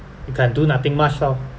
you can't do nothing much orh